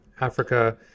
Africa